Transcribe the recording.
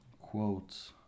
quotes